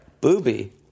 Booby